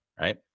right